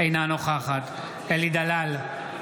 אינה נוכחת אלי דלל,